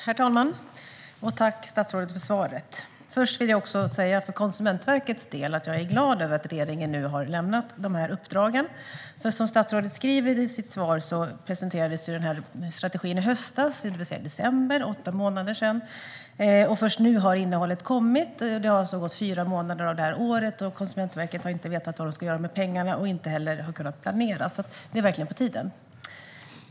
Herr talman! Jag tackar statsrådet för svaret. Först vill jag säga att jag för Konsumentverkets del är glad över att regeringen nu har lämnat de här uppdragen. Som statsrådet säger i sitt svar presenterades den här strategin i höstas, för åtta månader sedan, men först nu har innehållet kommit. Det har nu gått fyra månader av det här året. Konsumentverket har inte vetat vad det ska göra med pengarna och har inte heller kunnat planera. Detta är alltså verkligen på tiden.